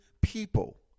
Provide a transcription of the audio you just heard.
people